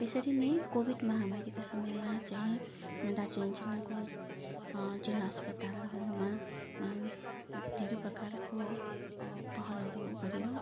यसरी नै कोविड महामारीको समयमा चाहिँ दार्जिलिङ जिल्लाको जिल्ला अस्पतालहरूमा धेरै प्रकारको पहलहरू गरियो